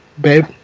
babe